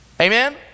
Amen